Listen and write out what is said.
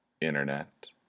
internet